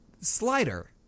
Slider